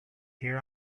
hear